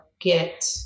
get